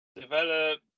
Develop